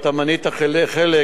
אתה מנית חלק,